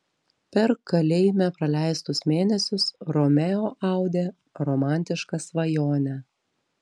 per kalėjime praleistus mėnesius romeo audė romantišką svajonę